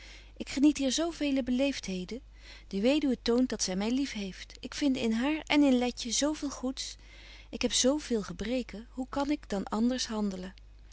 ik geniet hier zo vele beleeftheden de weduwe toont dat zy my lief heeft ik vinde in haar en in letje zo veel goeds ik heb zelf zo veel gebreken hoe kan ik dan anders handelen